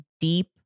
Deep